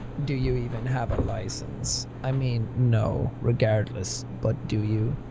do you even have a license? i mean no, regardless, but do you?